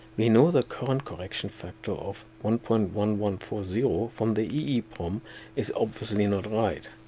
we know the current correction factor of one point one one four zero from the eeprom is obviously not right.